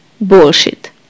bullshit